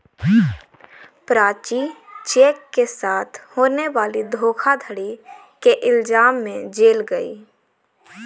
Prachi cheque के साथ होने वाली धोखाधड़ी के इल्जाम में जेल गई